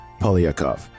Polyakov